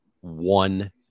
one